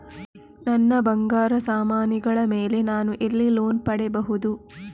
ನನ್ನ ಬಂಗಾರ ಸಾಮಾನಿಗಳ ಮೇಲೆ ನಾನು ಎಲ್ಲಿ ಲೋನ್ ಪಡಿಬಹುದು?